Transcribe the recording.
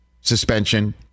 suspension